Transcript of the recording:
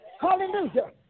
Hallelujah